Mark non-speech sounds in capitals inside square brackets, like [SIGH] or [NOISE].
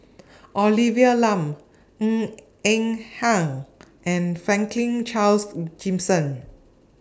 [NOISE] Olivia Lum Ng Eng Hen and Franklin Charles Gimson